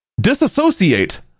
Disassociate